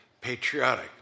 patriotic